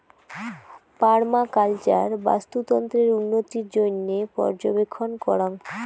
permaculture বাস্তুতন্ত্রের উন্নতির জইন্যে পর্যবেক্ষণ করাং